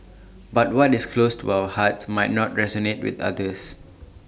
but what is close to our hearts might not resonate with others